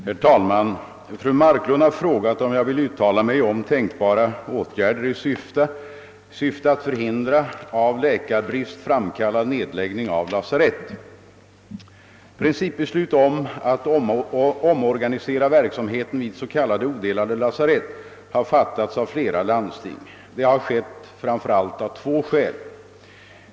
Herr talman! Fru Marklund har frågat om jag vill uttala mig om tänkbara åtgärder i syfte att förhindra av läkar Principbeslut om att omorganisera verksamheten vid s.k. odelade lasarett har fattats av flera landsting. Det har skett framför allt av två skäl.